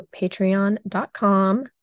patreon.com